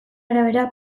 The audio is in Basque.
arabera